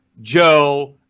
Joe